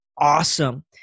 awesome